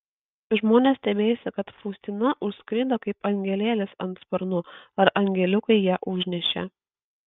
žmonės stebėjosi kad faustina užskrido kaip angelėlis ant sparnų ar angeliukai ją užnešė